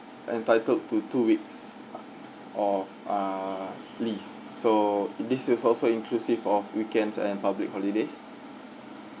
entitled to two weeks of ah leave so this is also inclusive of weekends and public holidays